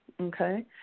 okay